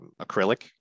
acrylic